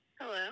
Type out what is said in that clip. Hello